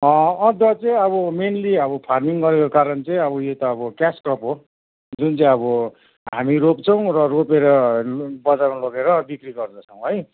अदुवा चाहिँ अब मेनली अब फार्मिङ गरेको कारण चाहिँ अब यो त अब क्यास क्रप हो जुन चाहिँ अब हामी रोप्छौँ र रोपेर बजारमा लोगेर बिक्री गर्दछौँ है